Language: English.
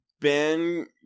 Ben